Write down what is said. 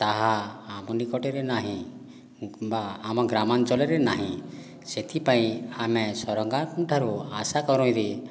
ତାହା ଆମ ନିକଟରେ ନାହିଁ କିମ୍ବା ଆମ ଗ୍ରାମାଞ୍ଚଳରେ ନାହିଁ ସେଥିପାଇଁ ଆମେ ସରକାରଙ୍କଠାରୁ ଆଶା କରନ୍ତି